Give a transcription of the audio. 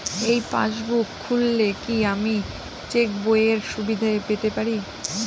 এই পাসবুক খুললে কি আমি চেকবইয়ের সুবিধা পেতে পারি?